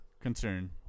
concern